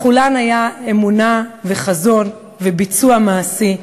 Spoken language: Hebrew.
לכולן היו אמונה וחזון וביצוע מעשי,